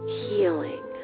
healing